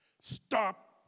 Stop